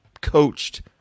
coached